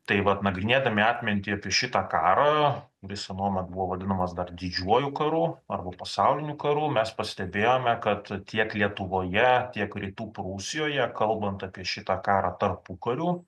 tai vat nagrinėdami atmintį apie šitą karą jis anuomet buvo vadinamas dar didžiuoju karu arba pasauliniu karu mes pastebėjome kad tiek lietuvoje tiek rytų prūsijoje kalbant apie šitą karą tarpukariu